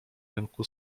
rynku